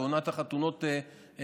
עונת החתונות נגמרה,